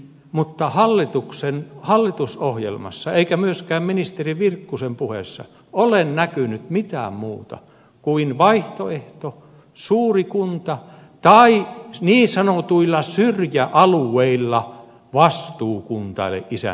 mutta ei hallitusohjelmassa eikä myöskään ministeri virkkusen puheessa ole näkynyt mitään muuta kuin vaihtoehto suuri kunta tai niin sanotuilla syrjäalueilla vastuukunta eli isäntäkuntamalli